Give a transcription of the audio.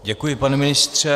Děkuji, pane ministře.